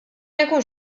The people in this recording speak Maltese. jkunx